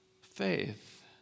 faith